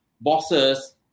bosses